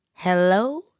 Hello